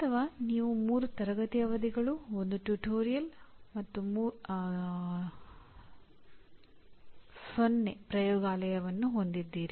ಅಥವಾ ನೀವು 3 ತರಗತಿ ಅವಧಿಗಳು 1 ಟ್ಯುಟೋರಿಯಲ್ ಮತ್ತು 0 ಪ್ರಯೋಗಾಲಯವನ್ನು ಹೊಂದಿದ್ದೀರಾ